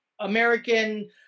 american